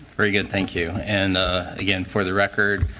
very good. thank you and ah again, for the record,